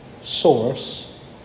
source